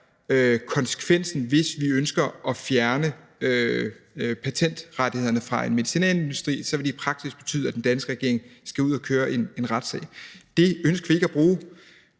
konsekvensen, hvis vi ønsker at fjerne patentrettighederne fra en medicinalindustri. Så vil det i praksis betyde, at den danske regering skal ud og køre en retssag. Det ønsker vi ikke at gøre,